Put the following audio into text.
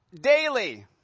daily